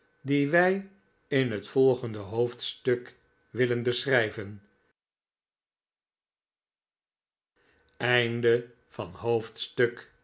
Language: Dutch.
dien wij in het volgende hoofdstuk willen beschrijven